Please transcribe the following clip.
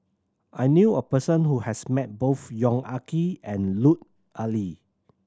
I knew a person who has met both Yong Ah Kee and Lut Ali